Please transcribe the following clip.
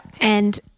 And-